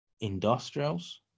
Industrials